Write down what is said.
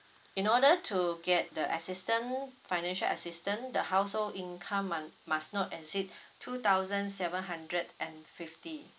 in order to get the assistant financial assistant the household income must must not exceed two thousand seven hundred and fifty